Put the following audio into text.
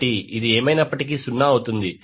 కాబట్టి ఇది ఏమైనప్పటికీ సున్నా అవుతుంది